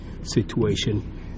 situation